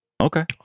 okay